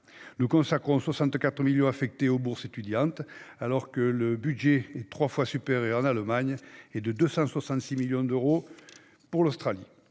Nous consacrons 64 millions d'euros aux bourses étudiantes ; ce budget est trois fois supérieur en Allemagne et s'élève à 266 millions d'euros pour l'Australie.